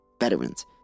veterans